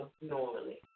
normally